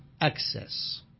access